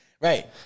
Right